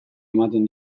ematen